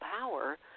power